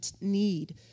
need